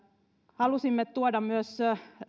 halusimme tuoda myös